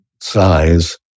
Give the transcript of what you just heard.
size